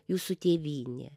jūsų tėvynė